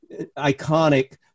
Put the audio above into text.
iconic